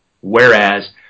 Whereas